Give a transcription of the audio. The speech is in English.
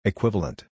Equivalent